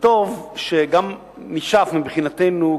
וטוב שגם נשאף מבחינתנו,